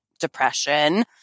Depression